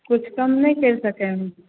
किछु कम नहि करि सकै हऽ